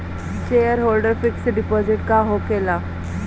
Shareholder fix deposit का होखे ला?